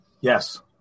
yes